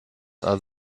are